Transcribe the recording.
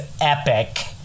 epic